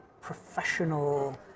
professional